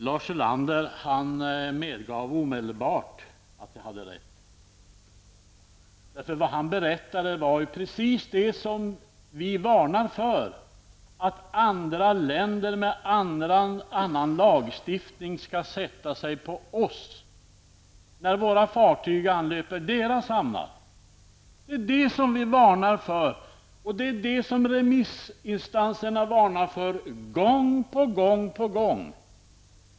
Herr talman! Lars Ulander medgav omedelbart att jag hade rätt. Det han berättade om var precis det vi varnade för, nämligen att andra länder med annan lagstiftning kommer att sätta sig på oss när våra fartyg anlöper deras hamnar. Det är detta som vi varnar för och som remissinstanserna varnat för gång på gång.